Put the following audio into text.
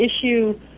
issue